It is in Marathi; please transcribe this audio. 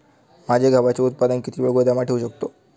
माझे गव्हाचे उत्पादन किती वेळ गोदामात ठेवू शकतो?